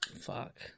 fuck